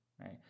right